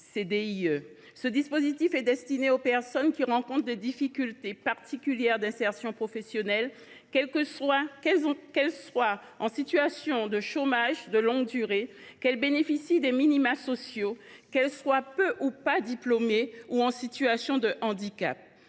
CDIE est destiné aux personnes qui rencontrent des difficultés particulières d’insertion professionnelle, qu’elles soient en situation de chômage de longue durée, qu’elles bénéficient des minima sociaux, qu’elles soient peu ou pas diplômées, ou en situation de handicap.